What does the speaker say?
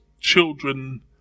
children